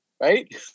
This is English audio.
Right